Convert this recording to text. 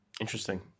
Interesting